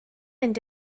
mynd